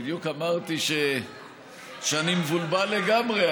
בדיוק אמרתי שאני מבולבל לגמרי.